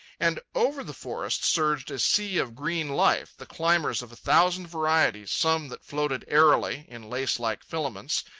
and over the forest surged a sea of green life, the climbers of a thousand varieties, some that floated airily, in lacelike filaments,